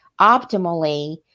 optimally